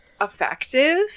effective